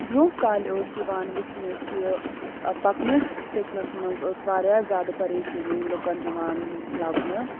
برٛونٛہہ کالہِ ٲس یِوان وٕچھنہٕ کہِ پَکنَس ٹِکنَس منٛز ٲس واریاہ زیادٕ پَریشٲنی لُکَن یِوان لَبنہٕ